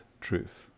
truth